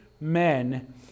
men